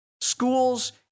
schools